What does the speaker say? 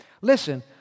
Listen